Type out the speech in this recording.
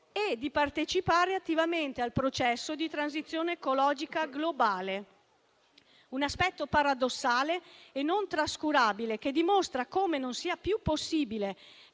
e di partecipare attivamente al processo di transizione ecologica globale. Questo è un aspetto paradossale e non trascurabile, che dimostra come non sia più possibile